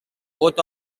both